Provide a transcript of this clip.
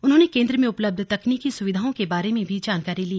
उन्होंने केंद्र में उपलब्ध तकनीकी सुविधाओं के बारे में भी जानकारी ली